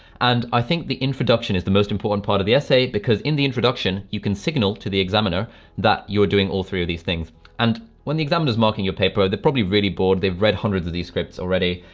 and i think the introduction is the most important part of the essay. because in the introduction, you can signal to the examiner that you're doing all three of these things and when the examiner is marking your paper. they're probably really bored, they've read hundreds of these scripts already.